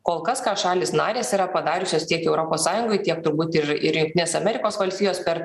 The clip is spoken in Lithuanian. kol kas ką šalys narės yra padariusios tiek europos sąjungoj tiek turbūt ir ir jungtinės amerikos valstijos per